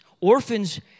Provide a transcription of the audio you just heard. Orphans